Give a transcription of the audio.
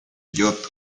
идет